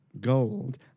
Gold